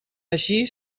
així